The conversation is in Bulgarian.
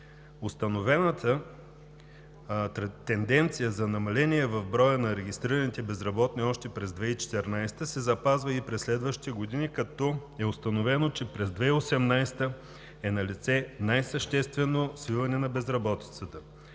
Установената тенденция за намаление в броя на регистрираните безработни още през 2014 г. се запазва и през следващите години, като е установено, че през 2018 г. е налице най-съществено свиване на безработицата.